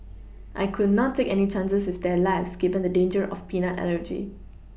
I could not take any chances with their lives given the danger of peanut allergy